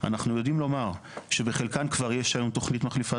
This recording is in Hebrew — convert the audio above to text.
ואנחנו יודעים לומר שבחלקן יש תוכנית מחליפה,